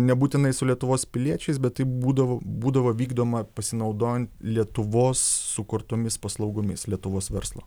nebūtinai su lietuvos piliečiais bet taip būdavo būdavo vykdoma pasinaudojant lietuvos sukurtomis paslaugomis lietuvos verslu